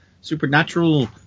Supernatural